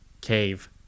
Cave